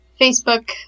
Facebook